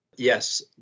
Yes